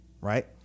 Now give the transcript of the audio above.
right